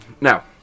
Now